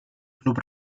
club